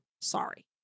sorry